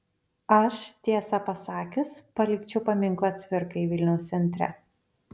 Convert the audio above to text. aš tiesą pasakius palikčiau paminklą cvirkai vilniaus centre